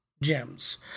gems